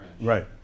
right